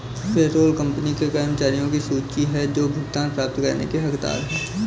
payroll company के कर्मचारियों की सूची है जो भुगतान प्राप्त करने के हकदार हैं